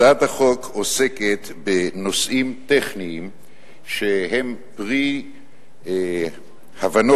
הצעת החוק עוסקת בנושאים טכניים שהם פרי הבנות